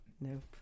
Nope